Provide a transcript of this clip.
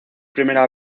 primera